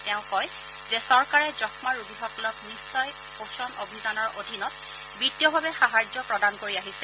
তেওঁ কয় যে চৰকাৰে যক্মা ৰোগীসকলক নিশ্চয় পোষন অভিযানৰ অধীনত বিত্তীয়ভাৱে সাহায্য প্ৰদান কৰি আহিছে